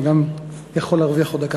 אני גם יכול להרוויח עוד דקה.